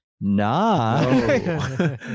Nah